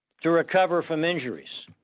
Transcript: to recover from injuries.